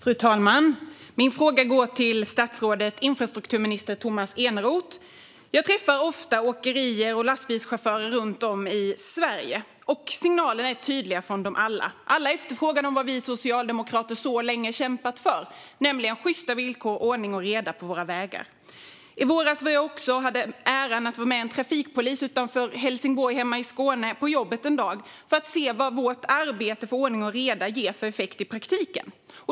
Fru talman! Min fråga går till infrastrukturminister Tomas Eneroth. Jag träffar ofta åkerier och lastbilschaufförer runt om i Sverige. Signalerna är tydliga från dem alla. Alla efterfrågar det som vi socialdemokrater länge kämpat för, nämligen sjysta villkor och ordning och reda på våra vägar. I våras hade jag äran att vara med en trafikpolis utanför Helsingborg hemma i Skåne på jobbet en dag för att se vad vårt arbete för ordning och reda ger för effekt i praktiken.